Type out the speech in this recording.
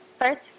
first